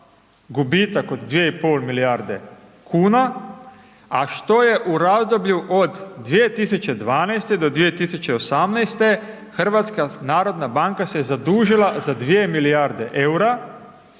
gubitak od 2,5 milijarde kuna, a što je u razdoblju od 2012.-2018. HNB se je zadužila za 2 milijarde eura,